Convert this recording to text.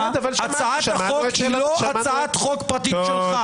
הצעת החוק היא לא הצעת חוק פרטית שלך.